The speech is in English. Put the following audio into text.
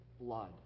blood